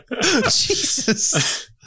Jesus